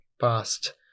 past